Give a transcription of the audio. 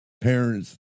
parents